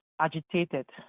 agitated